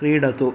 क्रीडतु